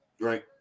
Right